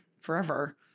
forever